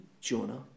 Jonah